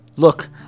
Look